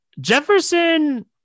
Jefferson